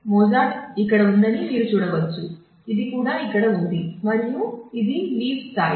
Mozart స్థాయి